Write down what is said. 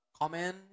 comment